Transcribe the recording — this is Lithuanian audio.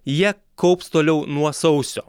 jie kaups toliau nuo sausio